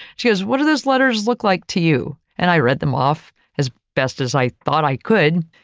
she goes, what are those letters look like to you? and i read them off as best as i thought i could.